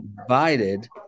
invited